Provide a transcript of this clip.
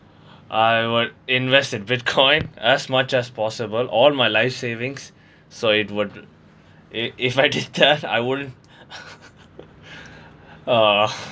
I would invest in bitcoin as much as possible all my life savings so it would if if I did that I won't uh